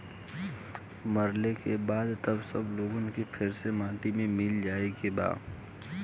मरे के बाद त सब लोग के फेर से माटी मे मिल जाए के बा